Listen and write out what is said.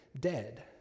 dead